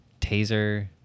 taser